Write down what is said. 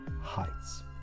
heights